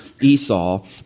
Esau